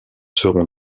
seront